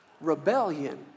rebellion